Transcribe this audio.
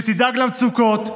שתדאג למצוקות,